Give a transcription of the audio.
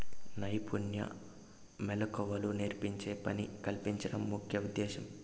నైపుణ్య మెళకువలు నేర్పించి పని కల్పించడం ముఖ్య ఉద్దేశ్యం